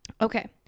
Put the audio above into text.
Okay